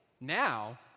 now